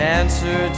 answer